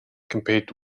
compared